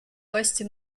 власти